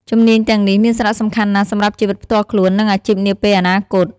ជំនាញទាំងនេះមានសារៈសំខាន់ណាស់សម្រាប់ជីវិតផ្ទាល់ខ្លួន និងអាជីពនាពេលអនាគត។